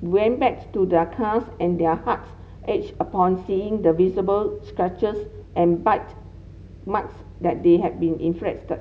went back to their cars and their hearts ached upon seeing the visible scratches and bite marks that they had been inflicted